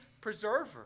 preserver